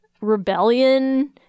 rebellion